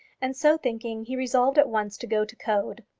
and so thinking, he resolved at once to go to coed.